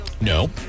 No